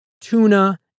tuna